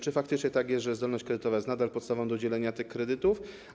Czy faktycznie tak jest, że zdolność kredytowa jest nadal podstawą do udzielenia tych kredytów?